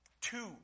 two